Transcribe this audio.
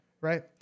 Right